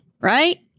Right